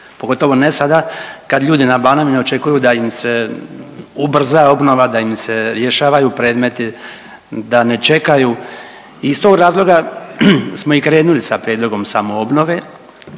pogotovo ne sada kad ljudi na Banovini očekuju da im se ubrza obnova, da im se rješavaju predmeti, da ne čekaju. Iz tog razloga smo i krenuli sa prijedlogom samoobnove